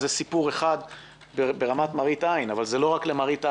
זה סיפור אחד ברמה של מראית עין אבל זה לא רק למראית עין,